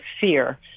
fear